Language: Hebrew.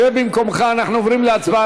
שב במקומך, אנחנו תכף עוברים להצבעה.